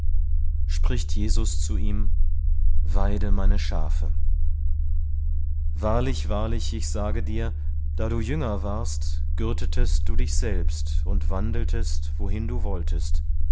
spricht jesus zu ihm weide meine schafe wahrlich wahrlich ich sage dir da du jünger warst gürtetest du dich selbst und wandeltest wohin du wolltest